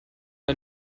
der